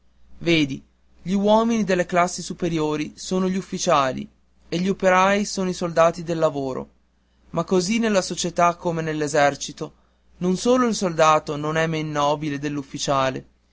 vedi gli uomini delle classi superiori sono gli ufficiali e gli operai sono i soldati del lavoro ma così nella società come nell'esercito non solo il soldato non è men nobile